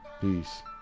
Peace